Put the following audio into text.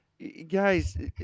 Guys